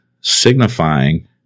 signifying